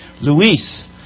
Luis